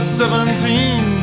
seventeen